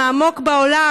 העמוק בעולם,